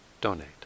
donate